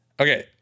Okay